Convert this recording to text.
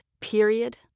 period